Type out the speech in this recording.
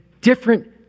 different